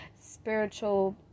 spiritual